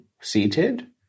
seated